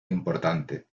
importante